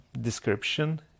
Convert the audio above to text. description